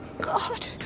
God